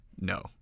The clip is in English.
No